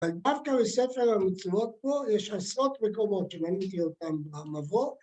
‫דווקא בספר המצוות פה יש עשרות ‫מקומות שמניתי אותן במבוא.